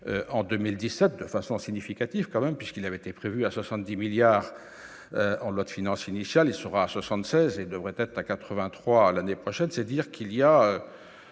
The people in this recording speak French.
en 2017 de façon significative, quand même, puisqu'il avait été prévu à 70 milliards en Lot financier initial et sera 76 et devrait être à 83 l'année prochaine, c'est-à-dire qu'il y a